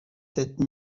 sept